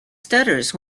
stutters